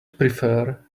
prefer